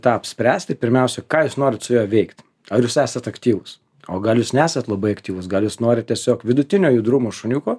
tą apspręst tai pirmiausia ką jūs norit su juo veikt ar jūs esat aktyvūs o gal jūs nesat labai aktyvūs gal jūs norit tiesiog vidutinio judrumo šuniuko